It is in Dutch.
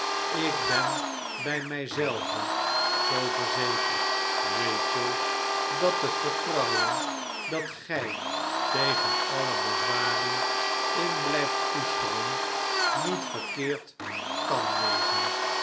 ik ben bij mij zelve zoo verzekerd rachel dat het vertrouwen dat gij tegen alle bezwaren in blijft koesteren niet verkeerd kan wezen